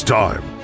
time